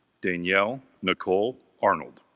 danielle nicole arnold